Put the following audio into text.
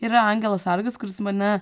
yra angelas sargas kuris mane